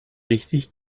richtig